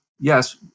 yes